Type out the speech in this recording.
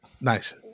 Nice